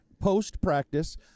post-practice